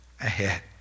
ahead